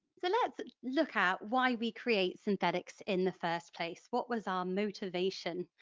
so let's look at why we create synthetics in the first place, what was our motivation?